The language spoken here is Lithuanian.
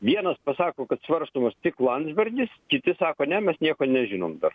vienas pasako kad svarstomas tik landsbergis kiti sako ne mes nieko nežinom dar